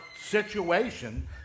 situation